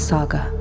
Saga